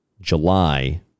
July